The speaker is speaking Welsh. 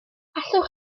allwch